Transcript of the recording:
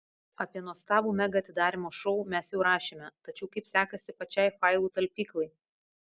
apie nuostabų mega atidarymo šou mes jau rašėme tačiau kaip sekasi pačiai failų talpyklai